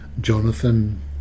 Jonathan